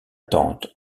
tante